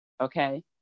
okay